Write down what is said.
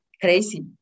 Crazy